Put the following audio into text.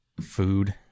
Food